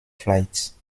flights